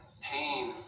pain